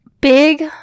Big